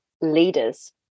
leaders